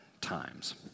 times